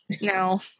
No